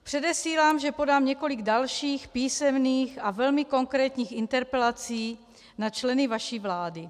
Předesílám, že podám několik dalších písemných a velmi konkrétních interpelací na členy vaší vlády.